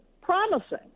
promising